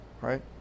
right